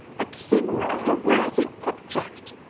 but think of the worthy object,